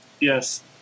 Yes